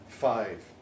Five